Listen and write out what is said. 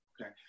Okay